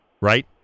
right